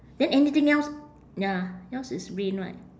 then anything else ya yours is rain right